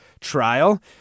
trial